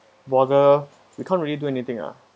bother we can't really do anything ah